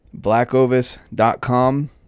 BlackOvis.com